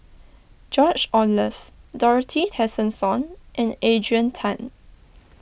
George Oehlers Dorothy Tessensohn and Adrian Tan